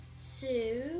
Sue